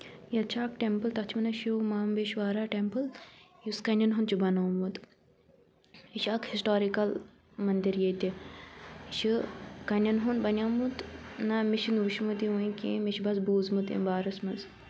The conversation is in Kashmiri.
ییٚلہِ چھُ اکھ ٹیمپٕل تَتھ چھِ وَنان شِو مام بیشوارا ٹیمپٕل یُس کَنیٚن ہُنٛد چھُ بَنومُت یہِ چھُ اکھ ہِسٹارِکَل مَندِر ییٚتہِ یہِ چھُ کَنٮ۪ن ہُند بَنیومُت نہ مےٚ چھُنہٕ وُچھمُت یہِ وۄنۍ کیٚنٛہہ مےٚ چھُ بَس بوٗزمُت اَمہِ بارَس منٛز